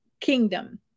kingdom